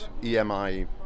EMI